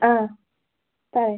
ആ പറ